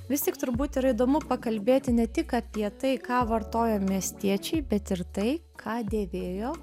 vis tik turbūt yra įdomu pakalbėti ne tik apie tai ką vartojo miestiečiai bet ir tai ką dėvėjo